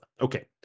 Okay